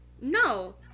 No